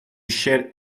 shed